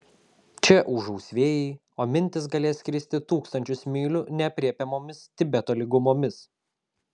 čia ūžaus vėjai o mintys galės skristi tūkstančius mylių neaprėpiamomis tibeto lygumomis